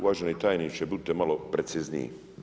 Uvaženi tajniče, budite malo precizniji.